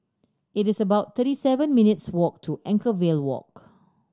it is about thirty seven minutes' walk to Anchorvale Walk